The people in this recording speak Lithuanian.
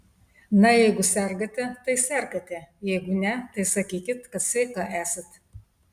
na jeigu sergate tai sergate jeigu ne tai sakykit kad sveika esat